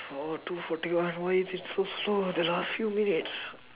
oh two forty onr why is it so slow the last few minutes